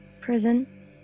Prison